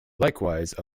likewise